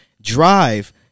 Drive